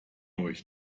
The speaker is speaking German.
euch